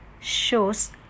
shows